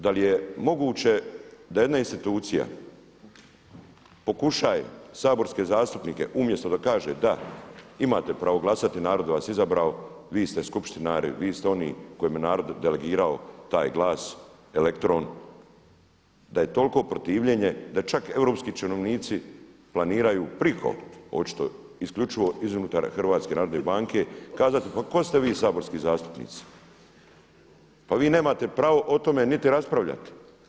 Da li je moguće da jedna institucija pokušava saborske zastupnike, umjesto da kaže da, imate pravo glasati, narod vas je izabrao, vi ste skupštinari, vi ste oni kojima je narod delegirao taj glas, elektron, da je toliko protivljenje da čak europski činovnici planiraju preko očito isključivo iz unutar HNB-a kazati pa tko ste vi saborski zastupnici, pa vi nemate pravo o tome niti raspravljati.